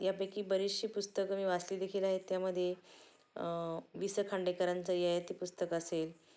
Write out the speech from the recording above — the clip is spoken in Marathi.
यापैकी बरीचशी पुस्तकं मी वाचली देखील आहे त्यामधे विस खांडेकरांचं ययाती पुस्तक असेल